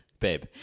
Babe